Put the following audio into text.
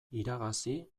iragazi